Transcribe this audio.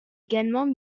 également